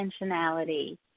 intentionality